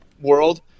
world